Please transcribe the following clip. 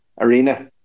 arena